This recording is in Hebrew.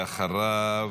ואחריו,